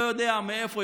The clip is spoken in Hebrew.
לא יודע מאיפה,